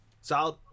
Solid